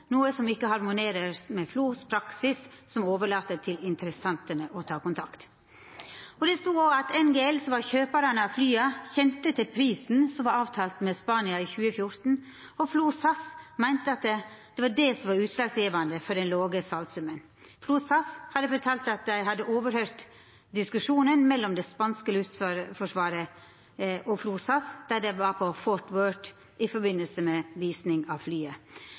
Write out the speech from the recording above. noe som ikke harmonerer med FLOs praksis som overlater til interessentene å ta kontakt.» Det står òg at NGL, som var kjøpar av flya, kjende til prisen som var avtalt med Spania i 2014, at FLO SAS meinte at det var utslagsgjevande for den låge salssummen, og at FLO SAS hadde fortalt at NGL hadde overhøyrt diskusjonen mellom det spanske luftforsvaret og FLO SAS då dei var på Fort Worth i samband med vising av